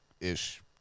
ish